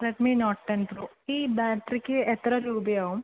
Redmi Note ten Pro ഈ ബാറ്ററിക്ക് എത്ര രൂപയാവും